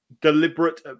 deliberate